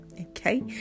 okay